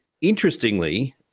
interestingly